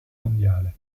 mondiale